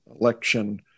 election